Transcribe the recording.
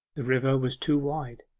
the river was too wide.